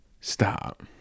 Stop